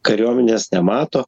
kariuomenės nemato